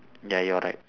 ya your right